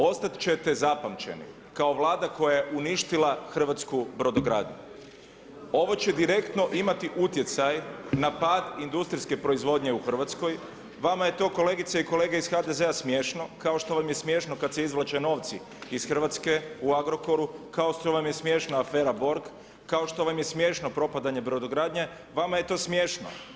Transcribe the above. Ostat ćete zapamćeni kao Vlada koja je uništila hrvatsku brodogradnju, ovo će direktno imati utjecaj na pad industrijske proizvodnje u Hrvatskoj, vama je to kolegice i kolege iz HDZ-a smiješno, kao što vam je smiješno kad se izvlače novci iz Hrvatske u Agrokoru, kao što vam je smiješna afera Borg, kao što vam je smiješno propadanje brodogradnje, vama je to smiješno.